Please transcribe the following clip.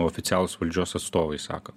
oficialūs valdžios atstovai sako